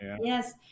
Yes